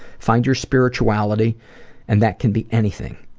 find your spirituality and that can be anything.